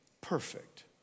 perfect